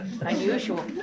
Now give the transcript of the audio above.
unusual